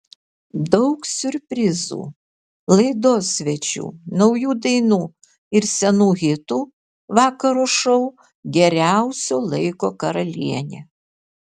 daug siurprizų laidos svečių naujų dainų ir senų hitų vakaro šou geriausio laiko karalienė